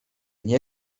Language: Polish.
nie